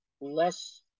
less